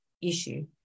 issue